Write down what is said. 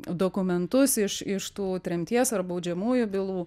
dokumentus iš iš tų tremties ar baudžiamųjų bylų